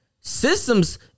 Systems